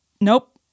Nope